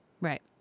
Right